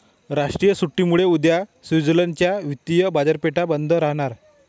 राष्ट्रीय सुट्टीमुळे उद्या स्वित्झर्लंड च्या वित्तीय बाजारपेठा बंद राहणार